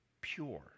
pure